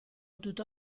tutto